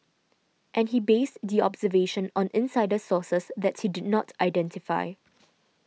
and he based the observation on insider sources that he did not identify